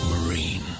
Marine